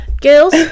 girls